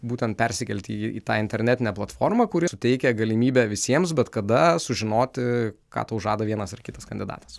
būtent persikelti į tą internetinę platformą kuri suteikia galimybę visiems bet kada sužinoti ką tau žada vienas ar kitas kandidatas